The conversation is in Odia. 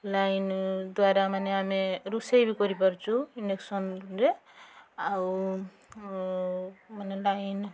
ଲାଇନ୍ ଦ୍ୱାରା ମାନେ ଆମେ ରୋଷେଇ ବି କରିପାରୁଛୁ ଇଣ୍ଡକ୍ସନ୍ରେ ଆଉ ମାନେ ଲାଇନ୍